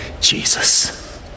Jesus